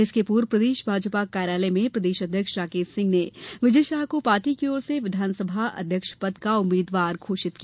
इसके पूर्व प्रदेश भाजपा कार्यालय में प्रदेश अध्यक्ष राकेश सिंह ने विजय शाह को पार्टी की ओर से विधानसभा अध्यक्ष पद का उम्मीदवार घोषित किया